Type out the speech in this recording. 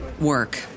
work